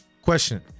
question